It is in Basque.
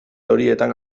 horietan